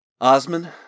Osman